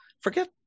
forget